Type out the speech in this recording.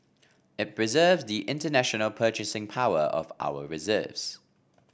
it preserves the international purchasing power of our reserves